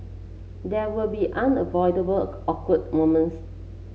there will be unavoidable awkward moments